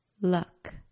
luck